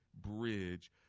bridge